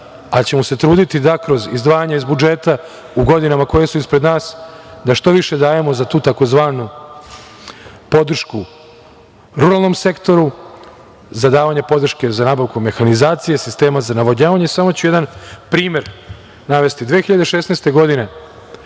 ali ćemo se truditi da kroz izdvajanje iz budžeta u godinama koje su ispred nas što više dajemo za tu tzv. podršku ruralnom sektoru, za davanje podrške za nabavku mehanizacije, sistema za navodnjavanje. Samo ću jedan primer navesti. Godine